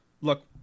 look